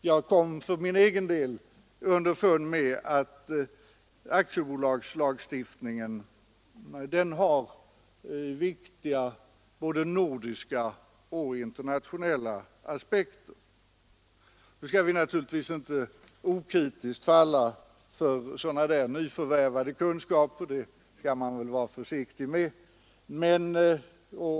Jag kom för egen del underfund med att aktiebolagsstiftningen har viktiga både nordiska och internationella aspekter. Nu skall vi naturligtvis inte okritiskt falla för sådana där nyförvärvade kunskaper — det skall man vara försiktig med.